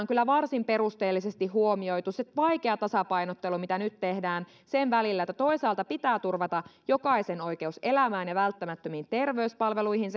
kyllä varsin perusteellisesti huomioitu se vaikea tasapainottelu mitä nyt tehdään sen välillä että toisaalta pitää turvata jokaisen oikeus elämään ja välttämättömiin terveyspalveluihin